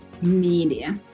media